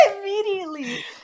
immediately